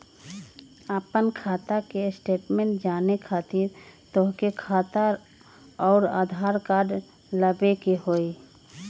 आपन खाता के स्टेटमेंट जाने खातिर तोहके खाता अऊर आधार कार्ड लबे के होइ?